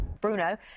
Bruno